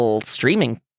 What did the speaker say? streaming